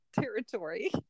territory